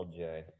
LJ